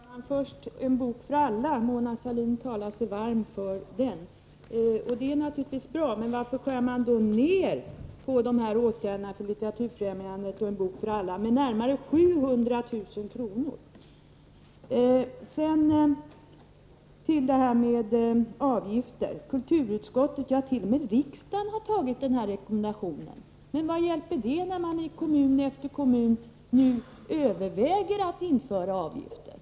Fru talman! Först några ord om En bok för alla, som Mona Sahlin talar sig varm för. Det är naturligtvis bra att hon gör det, men varför skär man ned anslaget till Litteraturfrämjandet och En bok för alla med närmare 700 000 kr.? Sedan några ord om detta med avgifter. Riksdagen har antagit rekommendationer — efter hemställan från kulturutskottet. Men vad hjälper det när man i kommun efter kommun nu överväger att införa avgifter?